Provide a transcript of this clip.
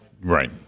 Right